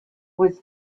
was